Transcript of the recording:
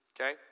okay